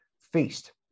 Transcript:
feast